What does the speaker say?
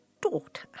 daughter